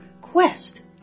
quest